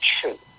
truth